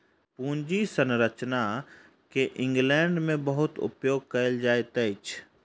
पूंजी संरचना के इंग्लैंड में बहुत उपयोग कएल जाइत अछि